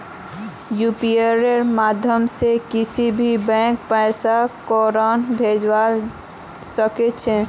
यूपीआईर माध्यम से किसी भी बैंकत पैसा फौरन भेजवा सके छे